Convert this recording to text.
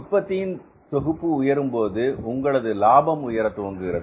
உற்பத்தியின் தொகுப்பு உயரும்போது உங்களது லாபமும் உயர துவங்குகிறது